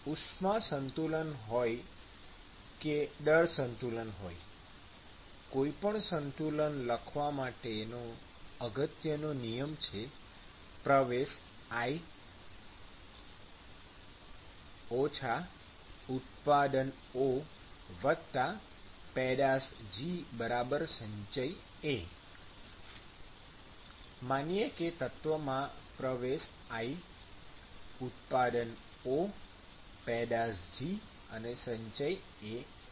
ઉષ્મા સંતુલન હોય કે દળ સંતુલન હોય કોઈ પણ સંતુલન લખવા માટેનો અગત્યનો નિયમ છે પ્રવેશ - ઉત્પાદન પેદાશ સંચય ૧ માનીએ કે તત્વમાં પ્રવેશ I ઉત્પાદન O પેદાશ G અને સંચય A છે